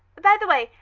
by the way,